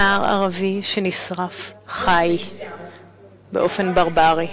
נער ערבי שנשרף חי באופן ברברי.